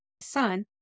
son